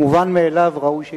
המובן מאליו ראוי שייאמר.